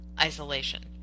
isolation